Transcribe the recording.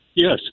Yes